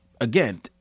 again